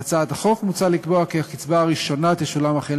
בהצעת החוק מוצע לקבוע כי הקצבה הראשונה תשולם החל